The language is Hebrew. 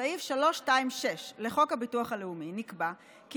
בסעיף 326 לחוק הביטוח הלאומי נקבע כי